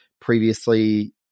Previously